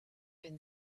been